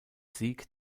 sieg